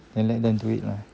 then let them do it lah